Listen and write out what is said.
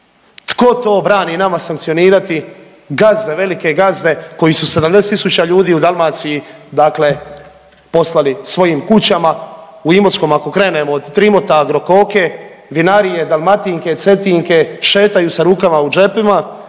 Tko to brani nama sankcionirati? Gazde, velike gazde koji su 70000 ljudi u Dalmaciji, dakle poslali svojim kućama. U Imotskom ako krenemo od Trimota, Agrokoke, vinarije, Dalmatinke, Cetinke šetaju sa rukama u džepovima.